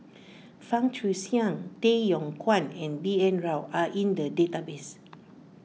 Fang Guixiang Tay Yong Kwang and B N Rao are in the database